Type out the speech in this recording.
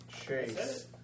Chase